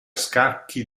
scacchi